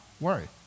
worry